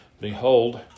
behold